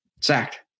Sacked